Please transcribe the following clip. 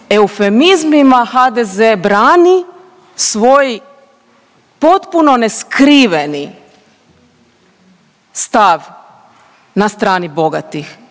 eufemizmima HDZ brani svoj potpuno ne skriveni stav na strani bogatih,